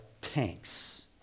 tanks